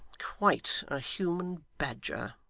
quite a human badger